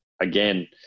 again